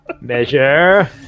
Measure